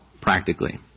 practically